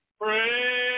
pray